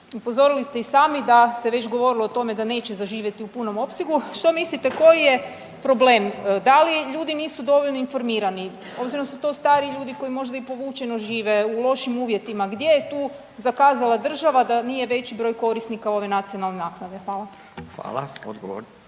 Upozorili ste i sami da se već govorilo o tome da neće zaživjeti u punom opsegu. Što mislite koji je problem, da li ljudi nisu dovoljno informirani obzirom da su to stariji ljudi koji možda i povučeno žive u lošim uvjetima, gdje je tu zakazala država da nije veći broj korisnika ove nacionalne naknade? Hvala. **Radin,